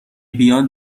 بیان